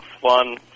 fun